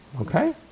okay